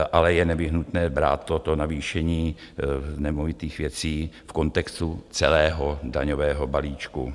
Ale je nevyhnutné brát toto navýšení nemovitých věcí v kontextu celého daňového balíčku.